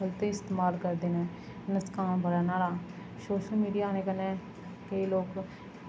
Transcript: गल्त इस्तमाल करदे न नुकसान बड़ा नुहाड़ा सोशल मीडिया आने कन्नै केईं लोक